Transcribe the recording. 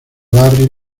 barry